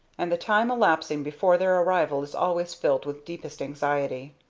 and the time elapsing before their arrival is always filled with deepest anxiety.